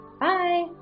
Bye